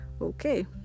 okay